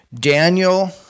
Daniel